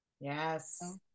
Yes